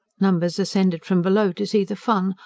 numbers ascended from below to see the fun,